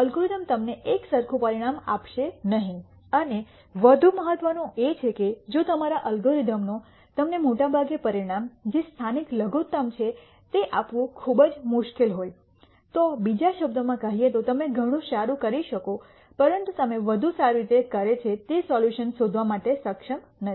algorithm તમને એકસરખું પરિણામ આપશે નહીં અને વધુ મહત્ત્વનું એ છે કે જો તમારા અલ્ગોરિધમનો તમને મોટે ભાગે પરિણામ જે સ્થાનિક લઘુત્તમ છે તે આપવાનું ખૂબ જ મુશ્કેલ હોય તો બીજા શબ્દોમાં કહીએ તો તમે ઘણું સારું કરી શકો પરંતુ તમે વધુ સારી રીતે કરે છે તે સોલ્યુશન શોધવા માટે સક્ષમ નથી